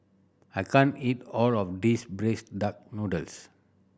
I can't eat all of this braised duck noodles